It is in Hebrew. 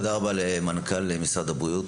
תודה רבה למנכ"ל משרד הבריאות.